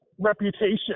Reputation